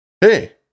hey